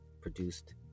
produced